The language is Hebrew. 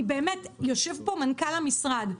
יושב פה מנכ"ל המשרד.